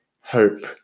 hope